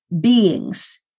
beings